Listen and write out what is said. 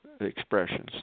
expressions